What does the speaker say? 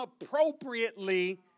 appropriately